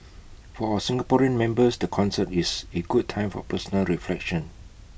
for our Singaporean members the concert is A good time for personal reflection